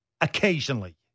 occasionally